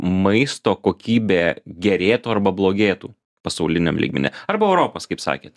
maisto kokybė gerėtų arba blogėtų pasauliniam lygmeny arba europos kaip sakėt